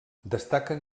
destaquen